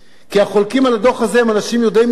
משפט לא פחות מאלה שכתבו את הדוח,